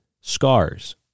scars